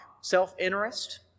self-interest